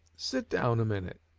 sit down a minute,